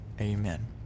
Amen